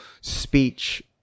speech